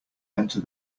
enter